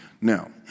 Now